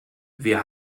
wir